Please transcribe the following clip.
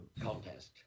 Contest